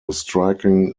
striking